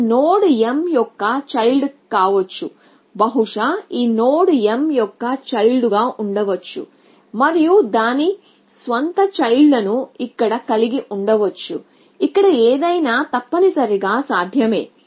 ఈ node m యొక్క child కావచ్చు బహుశా ఈ నోడ్ m యొక్క చైల్డ్ గా ఉండవచ్చు మరియు దాని స్వంత చైల్డ్ లను ఇక్కడ కలిగి ఉండవచ్చు ఇక్కడ ఏదైనా తప్పనిసరిగా సాధ్యమే